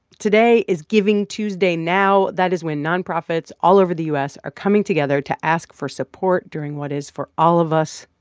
today is giving tuesday. now, that is when nonprofits all over the u s. are coming together to ask for support during what is, for all of us,